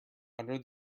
under